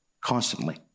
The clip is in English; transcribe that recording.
constantly